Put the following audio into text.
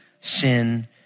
sin